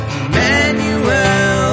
Emmanuel